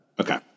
okay